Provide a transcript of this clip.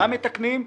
מה מתקנים,